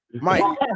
Mike